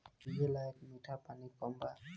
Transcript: पिए लायक मीठ पानी कम बा